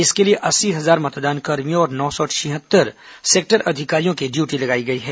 इसके लिए अस्सी हजार मतदानकर्मियों और नौ सौ छिहत्तर सेक्टर अधिकारियों की ड्यूटी लगाई गई है